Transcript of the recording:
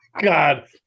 God